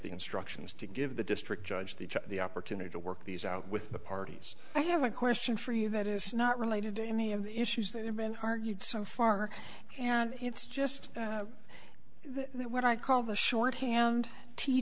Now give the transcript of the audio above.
the instructions to give the district judge the judge the opportunity to work these out with the parties i have a question for you that is not related to any of the issues that have been argued so far and it's just that what i call the shorthand t